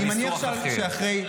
אני מניח שאחרי,